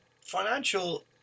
financial